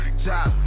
Top